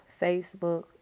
Facebook